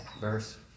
verse